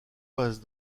passe